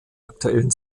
aktuellen